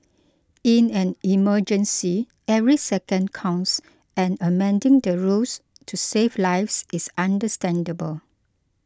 in an emergency every second counts and amending the rules to save lives is understandable